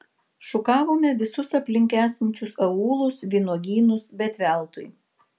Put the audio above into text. šukavome visus aplink esančius aūlus vynuogynus bet veltui